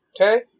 Okay